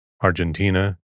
Argentina